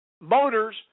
Motors